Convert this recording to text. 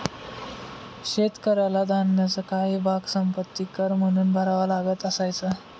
शेतकऱ्याला धान्याचा काही भाग संपत्ति कर म्हणून भरावा लागत असायचा